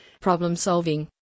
problem-solving